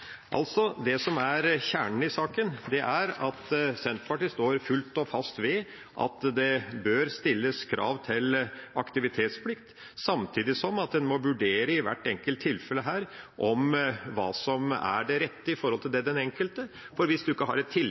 Det som er kjernen i saken, er altså at Senterpartiet står fullt og fast ved at det bør stilles krav om aktivitetsplikt, samtidig som en må vurdere i hvert enkelt tilfelle her hva som er det rette opp mot den enkelte. For hvis en ikke har et